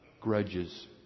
grudges